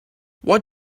what